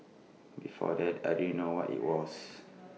before that I didn't know what IT was